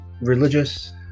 religious